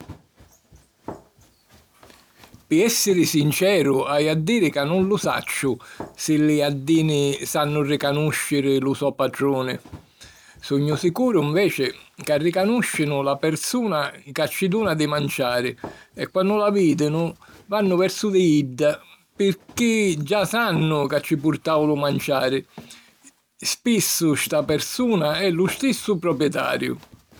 Pi èssiri sinceru, haju a diri ca nun lu sacciu si li gaddini sannu ricanùsciri lu so patruni. Sugnu sicuru, nveci, ca ricanùscinu la persuna ca ci duna di manciari e quannu la vìdinu vannu versu di idda pirchì già sannu ca ci purtau lu manciari. Spissu sta persuna è lu stissu propietariu.